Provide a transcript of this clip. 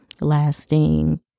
lasting